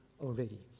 already